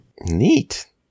Neat